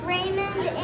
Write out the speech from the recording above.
Raymond